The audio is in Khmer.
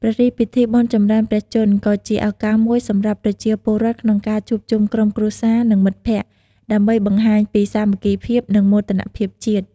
ព្រះរាជពិធីបុណ្យចម្រើនព្រះជន្ម ក៏ជា ឱកាសមួយ សម្រាប់ ប្រជាពលរដ្ឋ ក្នុងការ ជួបជុំក្រុមគ្រួសារ និង មិត្តភក្តិ ដើម្បី បង្ហាញពីសាមគ្គីភាព និង មោទកភាពជាតិ។